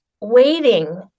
waiting